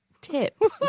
tips